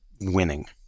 winning